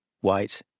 white